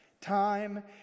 Time